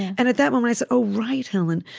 and at that moment, i said, oh, right, helen.